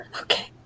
okay